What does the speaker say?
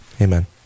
Amen